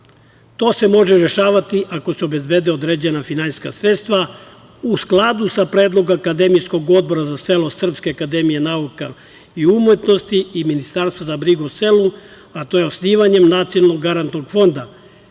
se može rešavati ako se obezbede određena finansijska sredstva u skladu sa predlogom akademskog odbora za selo Srpska akademije nauka i umetnosti i Ministarstva za brigu o selu, a to je osnivanjem Nacionalnog garantnog fonda,